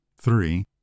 Three